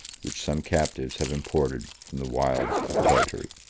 which some captives have imported from the wilds of tartary.